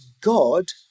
God